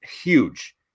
huge